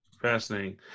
Fascinating